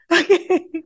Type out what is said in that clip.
Okay